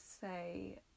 say